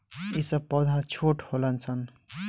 ई सब पौधा छोट होलन सन